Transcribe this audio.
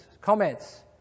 comments